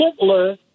Hitler